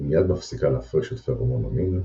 היא מיד מפסיקה להפריש את פרומון המין,